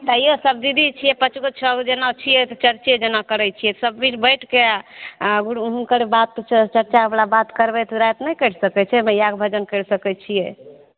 तैयो सब दीदी छियै पाॅंचगो छओगो जेना छियै तऽ चर्चे जेना करै छियै सब बिच बैठके आओर हुॅंनकर बात चर्चा बला बात करबै तऽ राति नहि कटि सकै छै मैयाक भजन कैर सकए छियै